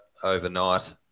Overnight